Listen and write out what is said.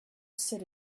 city